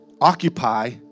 occupy